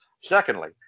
Secondly